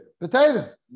Potatoes